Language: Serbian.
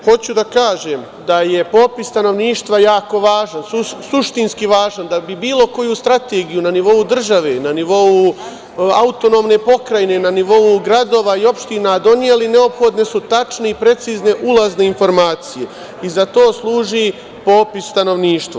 Hoću da kažem da je popis stanovništva jako važan, suštinski važan da bi bilo koju strategiju na nivou države, na nivou autonomne pokrajine, na nivou gradova i opština doneli neophodne su tačne i precizne ulazne informacije i za to služi popis stanovništva.